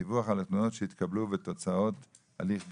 דיווח על התלונות שהתקבלו ותוצאות הליך בירורן.